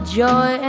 joy